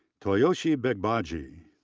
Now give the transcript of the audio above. toyosi begbaaji,